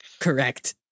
Correct